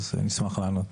אז אני אשמח לענות.